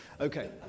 Okay